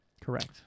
Correct